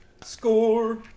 Score